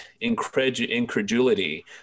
incredulity